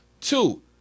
Two